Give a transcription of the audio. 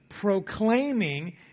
proclaiming